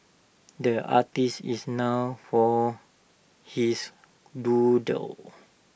the artist is known for his doodles